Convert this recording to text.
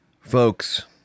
Folks